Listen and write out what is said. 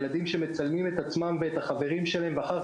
ילדים שמצלמים את עצמם ואת החברים שלהם ואחר